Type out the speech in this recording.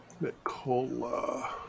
Nikola